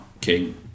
king